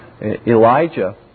Elijah